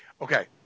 Okay